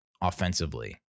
offensively